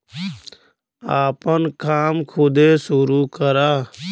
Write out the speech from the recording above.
आपन काम खुदे सुरू करा